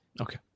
Okay